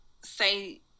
say